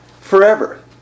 forever